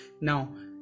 now